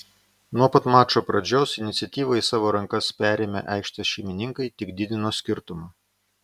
nuo pat mačo pradžios iniciatyvą į savo rankas perėmę aikštės šeimininkai tik didino skirtumą